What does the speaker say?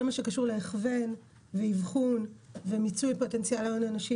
כל מה שקשור להכוון ואבחון ומיצוי פוטנציאל ההון האנושי